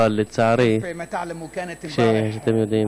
אבל לצערי, כפי שאתם יודעים,